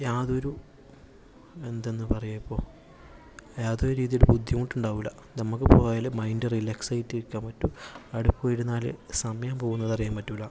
യാതൊരു എന്തെന്ന് പറയും ഇപ്പോൾ യാതൊരു രീതിയിലും ബുദ്ധിമുട്ട് ഉണ്ടാവില്ല നമുക്ക് പോയാല് മൈൻഡ് റിലാക്സ് ആയിട്ട് ഇരിക്കാൻ പറ്റും അവിടെ പോയി ഇരുന്നാല് സമയം പോവുന്നത് അറിയാൻ പറ്റില്ല